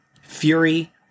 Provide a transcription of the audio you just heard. Fury